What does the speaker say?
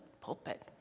pulpit